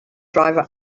driver